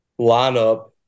lineup